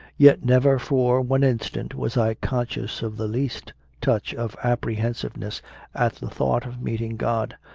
yet never for one instant was i conscious of the least touch of apprehensiveness at the thought of meeting god,